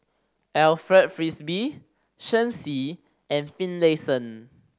Alfred Frisby Shen Xi and Finlayson